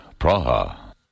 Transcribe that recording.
Praha